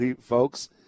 folks